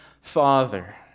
father